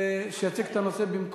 ברשותכם, נעבור לנושא הבא: